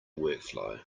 workflow